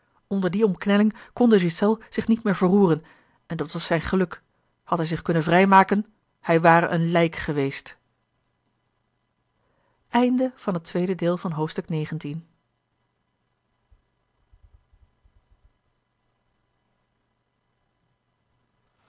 onder die omknelling kon de ghiselles zich niet meer verroeren en dat was zijn geluk had hij zich kunnen vrijmaken hij ware een lijk geweest